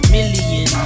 Million